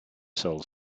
sault